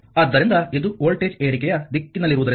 ಆದ್ದರಿಂದ ಇದು ವೋಲ್ಟೇಜ್ ಏರಿಕೆಯ ದಿಕ್ಕಿನಲ್ಲಿರುವುದರಿಂದ